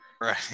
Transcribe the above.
Right